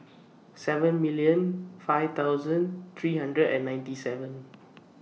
seven million five thousand three hundred and ninety seven